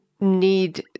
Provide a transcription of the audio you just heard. need